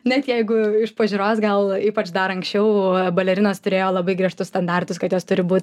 net jeigu iš pažiūros gal ypač dar anksčiau balerinos turėjo labai griežtus standartus kad jos turi būt